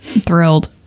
Thrilled